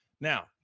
Now